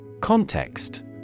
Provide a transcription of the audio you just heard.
Context